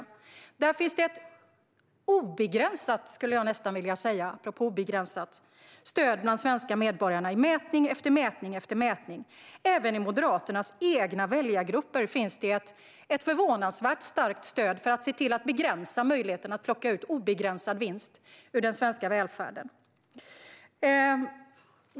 Där finns det i mätning efter mätning ett obegränsat stöd, skulle jag nästan vilja säga apropå obegränsat, bland svenska medborgare. Även i Moderaternas egna väljargrupper finns det ett förvånansvärt starkt stöd för att se till att begränsa möjligheten att plocka ut obegränsad vinst ur den svenska välfärden.